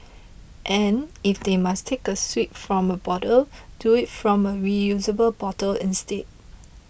and if they must take a swig from a bottle do it from a reusable bottle instead